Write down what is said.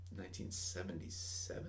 1977